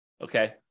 okay